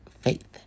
Faith